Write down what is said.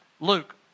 Luke